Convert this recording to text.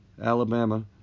Alabama